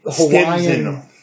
Hawaiian